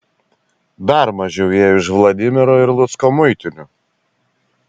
dar mažiau ėjo iš vladimiro ir lucko muitinių